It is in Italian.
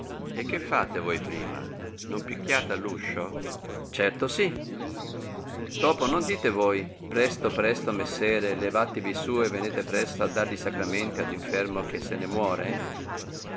e che fate voi prima non picchiare all'uscio certo si dopo non dite voi presto presto messere levatevi su e venete presto a dar i sacramenti ad un infermo che se ne more